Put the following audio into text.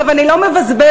אני לא מבזבזת,